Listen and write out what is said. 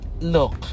Look